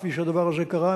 כפי שהדבר הזה קרה,